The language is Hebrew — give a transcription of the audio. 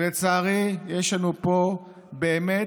ולצערי יש לנו פה באמת